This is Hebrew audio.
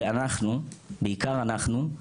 ואנחנו בעיקר אנחנו,